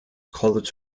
college